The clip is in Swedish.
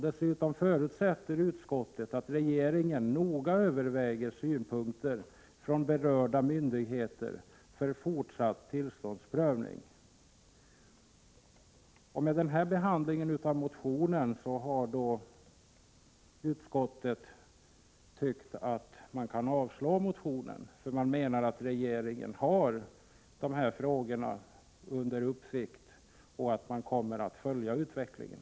Dessutom förutsätter utskottet att regeringen noga överväger synpunkter från berörda myndigheter för fortsatt tillståndsprövning. Mot bakgrund av denna behandling av motionen har utskottet avstyrkt motionen. Utskottet menar att regeringen har dessa frågor under uppsikt och att den kommer att följa utvecklingen.